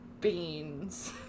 Beans